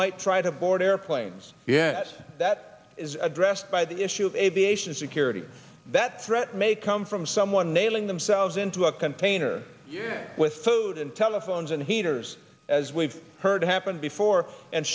might try to board airplanes yet that is addressed by the issue of aviation security that threat may come from someone nailing themselves into a container with food and telephones and heaters as we've heard happened before and